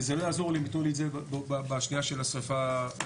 וזה לא יעזור לי אם יתנו לי את זה בשניה של השריפה האחרונה.